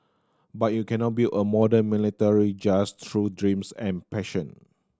but you cannot build a modern military just through dreams and passion